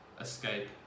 escape